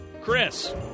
Chris